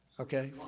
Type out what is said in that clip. okay?